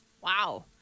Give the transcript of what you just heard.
Wow